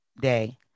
day